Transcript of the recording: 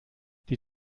die